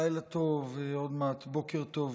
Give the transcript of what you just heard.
לילה טוב, עוד מעט בוקר טוב.